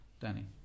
Danny